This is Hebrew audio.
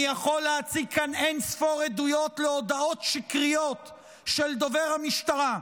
אני יכול להציג כאן אין-ספור עדויות להודעות שקריות של דובר המשטרה,